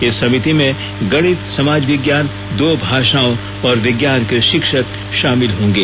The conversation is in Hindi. इस समिति में गणित समाज विज्ञान दो भाषाओं और विज्ञान के शिक्षक शामिल होंगे